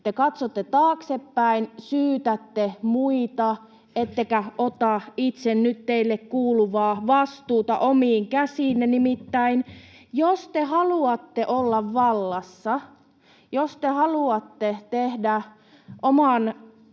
Te katsotte taaksepäin, syytätte muita ettekä ota itse nyt teille kuuluvaa vastuuta omiin käsiinne. Nimittäin jos te haluatte olla vallassa, jos te haluatte tehdä oman